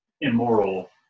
immoral